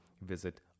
visit